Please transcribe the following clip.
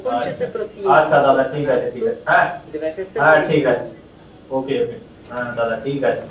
আচ্ছা আচ্ছা দাদা ঠিক আছে ঠিক আছে হ্যাঁ হ্যাঁ ঠিক আছে ওকে ওকে হ্যাঁ দাদা ঠিক আছে